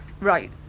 Right